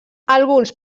alguns